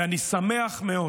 ואני שמח מאוד